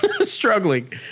struggling